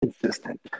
consistent